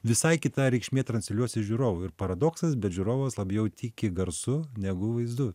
visai kita reikšmė transliuosis žiūrovų ir paradoksas bet žiūrovas labiau tiki garsu negu vaizdu